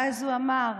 ואז הוא אמר: